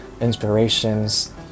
inspirations